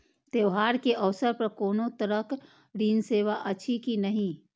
त्योहार के अवसर पर कोनो तरहक ऋण सेवा अछि कि नहिं?